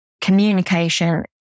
communication